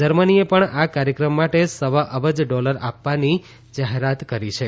જર્મનીએ પણ આ કાર્યક્રમ માટે સવા અબજ ડોલર આપવાની જાહેરાત કરી છે